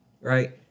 right